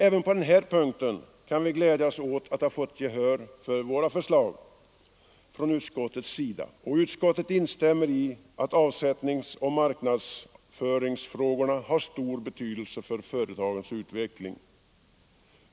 Även på den här punkten kan vi glädja oss åt att ha fått gehör för våra förslag från utskottets sida, och utskottet instämmer i att avsättningsoch marknadsföringsfrågorna har stor betydelse för företagens utveckling.